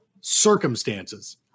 circumstances